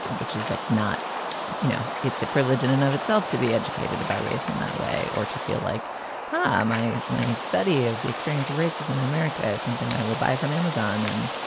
which is like not you know, it's a privilege in and of itself to be educated about race in that way or to feel like um i might study of the experience of racism in america is something i will buy from amazon and,